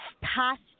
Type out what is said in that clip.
past